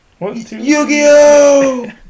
Yu-Gi-Oh